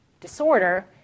disorder